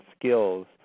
skills